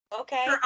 Okay